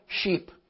sheep